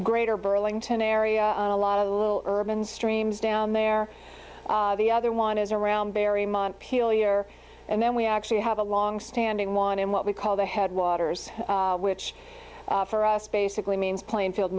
greater burlington area a lot of little urban streams down there the other one is around berry montpelier and then we actually have a long standing one in what we call the headwaters which for us basically means plainfield